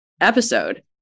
episode